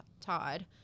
Todd